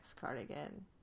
cardigan